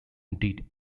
did